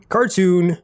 Cartoon